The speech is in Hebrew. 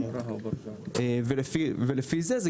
ולפי זה,